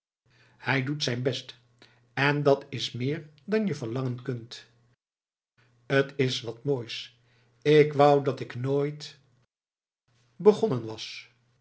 hij doet zijn best en dat's meer dan je verlangen kunt t is wat moois k wou dat ik nooit begonnen was